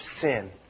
sin